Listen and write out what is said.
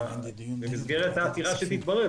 במסגרת העתירה שתתברר,